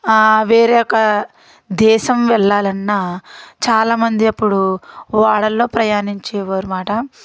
వేరే ఒక దేశం వెళ్ళాలన్నా చాలా మంది అప్పుడు ఓడల్లో ప్రయాణించేవారు అన్నమాట